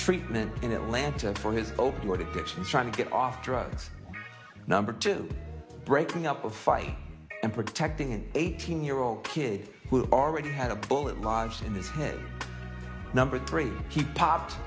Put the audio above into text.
treatment in atlanta for his open door the kitchen trying to get off drugs number two breaking up a fight and protecting an eighteen year old kid who already had a bullet lodged in his head number three